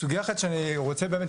וסוגייה אחת שאני רוצה באמת,